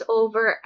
over